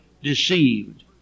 deceived